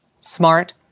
Smart